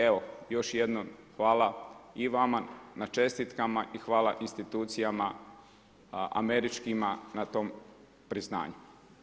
Evo još jednom hvala i vama na čestitkama i hvala institucijama američkima na tom priznanju.